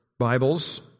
Bibles